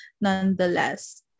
nonetheless